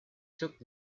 took